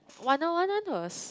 Wanna One none was